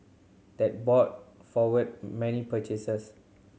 that bought forward many purchases